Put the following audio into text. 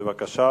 בבקשה.